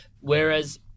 whereas